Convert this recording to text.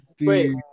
wait